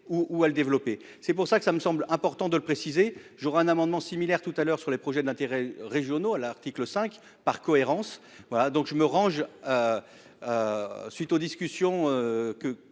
ou à le développer. C'est pour ça que ça me semble important de le préciser jouera un amendement similaire tout à l'heure sur les projets d'intérêts régionaux. L'article 5 par cohérence voilà donc je me range. Suite aux discussions que